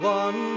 one